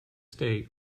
state